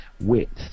width